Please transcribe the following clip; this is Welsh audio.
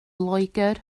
loegr